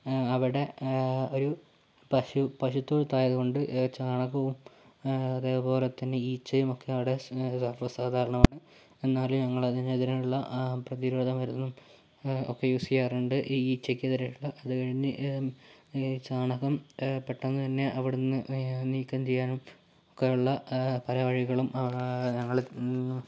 അവിടെ ഒരു പശു പശുത്തൊഴുത്തായതുകൊണ്ട് ചാണകവും അതേപോലെ തന്നെ ഈച്ചയും ഒക്കെ അവിടെ സർവ്വസാധാരണമാണ് എന്നാലും ഞങ്ങളതിനെതിരെയുള്ള പ്രതിരോധ മരുന്നും ഒക്കെ യൂസ് ചെയ്യാറുണ്ട് ഈച്ചക്കെതിരെ ഉള്ള അത് കഴിഞ്ഞ് ചാണകം പെട്ടെന്ന് തന്നെ അവിടെനിന്ന് നീക്കം ചെയ്യാനും ഒക്കെയുള്ള പല വഴികളും ഞങ്ങൾ